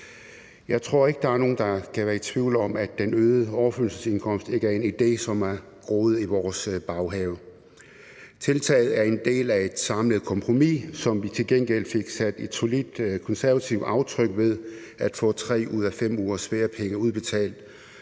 Jeg tror ikke, der er nogen, der kan være i tvivl om, at den øgede overførselsindkomst ikke er en idé, som er groet i vores baghave. Tiltaget er en del af et samlet kompromis, som vi til gengæld fik sat et solidt konservativt aftryk på ved at få 3 ud af 5 ugers feriepenge udbetalt